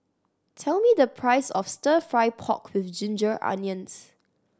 tell me the price of Stir Fry pork with ginger onions